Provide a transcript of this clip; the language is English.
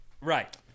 Right